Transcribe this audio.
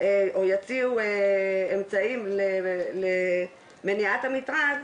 או יציעו אמצעים למניעת המטרד,